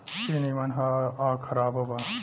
ई निमन ह आ खराबो बा